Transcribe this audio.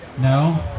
No